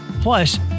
plus